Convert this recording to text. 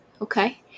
Okay